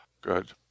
Good